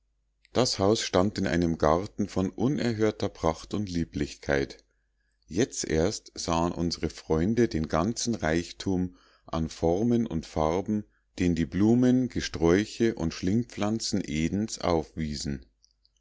das haus stand in einem garten von unerhörter pracht und lieblichkeit jetzt erst sahen unsre freunde den ganzen reichtum an formen und farben den die blumen gesträuche und schlingpflanzen edens aufwiesen